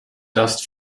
dust